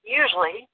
usually